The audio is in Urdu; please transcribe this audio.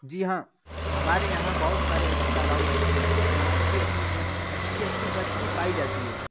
جی ہاں ہمارے یہاں بہت سارے ایسے تالاؤ ہیں جہاں اچھی اچھلی اچھی اچھی مچھلی پائی جاتی ہے